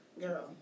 Girl